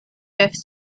fifth